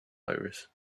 iris